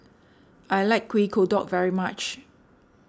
I like Kuih Kodok very much